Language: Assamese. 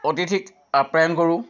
অতিথিক আপ্যায়ন কৰোঁ